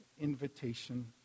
invitation